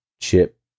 chip